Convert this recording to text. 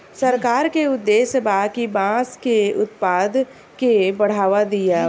सरकार के उद्देश्य बा कि बांस के उत्पाद के बढ़ावा दियाव